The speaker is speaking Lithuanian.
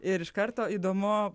ir iš karto įdomu